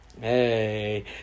Hey